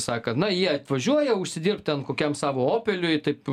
sakant na jie atvažiuoja užsidirbt ten kokiam savo opeliui taip